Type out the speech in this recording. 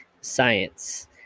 Science